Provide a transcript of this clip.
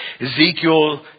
Ezekiel